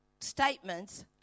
statements